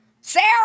Sarah